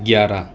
گیارہ